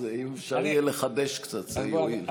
אז אם אפשר יהיה לחדש קצת זה יועיל.